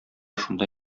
шунда